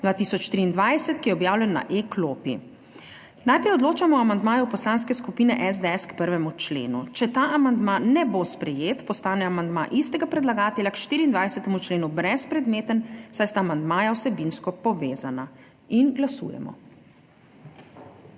2023, ki je objavljen na e-klopi. Najprej odločamo o amandmaju Poslanske skupine SDS k 1. členu. Če ta amandma ne bo sprejet, postane amandma istega predlagatelja k 24. členu brezpredmeten, saj sta amandmaja vsebinsko povezana. Glasujemo.